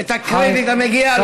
את הקרדיט המגיע לו,